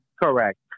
correct